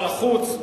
שר החוץ,